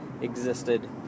existed